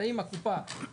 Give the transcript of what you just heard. אלא אם הקופה תעמוד,